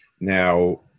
Now